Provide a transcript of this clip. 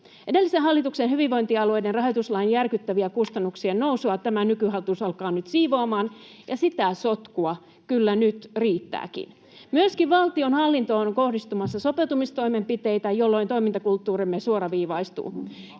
Edellisen hallituksen hyvinvointialueiden rahoituslain järkyttävää kustannuksien nousua tämä nykyhallitus alkaa nyt siivoamaan, ja sitä sotkua kyllä nyt riittääkin. Myöskin valtionhallintoon on kohdistumassa sopeutumistoimenpiteitä, jolloin toimintakulttuurimme suoraviivaistuu.